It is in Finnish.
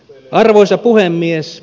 arvoisa puhemies